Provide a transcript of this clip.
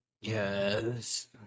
yes